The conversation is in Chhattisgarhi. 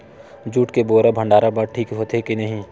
जूट के बोरा भंडारण बर ठीक होथे के नहीं?